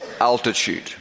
altitude